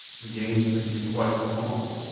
the gains tend to be quite small